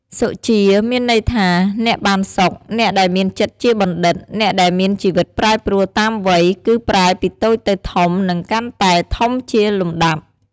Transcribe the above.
សុជា មានន័យថា អ្នកបានសុខ អ្នកដែលមានចិត្តជាបណ្ឌិត អ្នកដែលមានជីវិតប្រែប្រួលតាមវ័យ គឺប្រែពីតូចទៅធំនិងកាន់តែធំជាលំដាប់។